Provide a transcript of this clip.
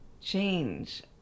change